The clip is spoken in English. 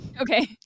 Okay